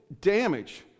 damage